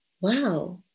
wow